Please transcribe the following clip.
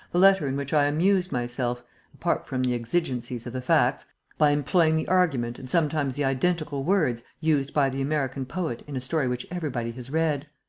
the letter in which i amused myself apart from the exigencies of the facts by employing the argument and sometimes the identical words used by the american poet in a story which everybody has read.